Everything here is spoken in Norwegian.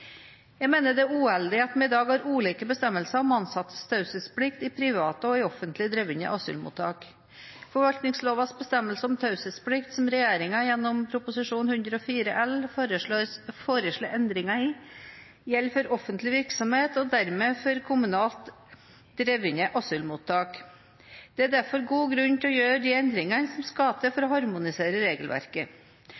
Jeg mener at det er uheldig at vi i dag har ulike bestemmelser om ansattes taushetsplikt i private og offentlig drevne asylmottak. Forvaltningslovens bestemmelse om taushetsplikt, som regjeringen gjennom Prop. 104 L foreslår endringer i, gjelder for offentlig virksomhet og dermed for kommunalt drevne asylmottak. Det er derfor god grunn til å gjøre de endringene som skal til for